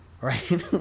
right